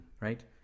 right